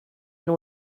been